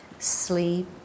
Sleep